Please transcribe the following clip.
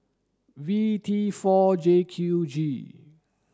V T four J Q G